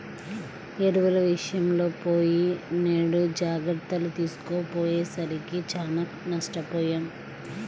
ఎరువుల విషయంలో పోయినేడు జాగర్తలు తీసుకోకపోయేసరికి చానా నష్టపొయ్యాం